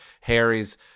harry's